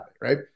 right